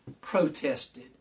protested